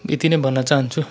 यति नै भन्न चाहन्छु